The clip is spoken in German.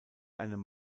einem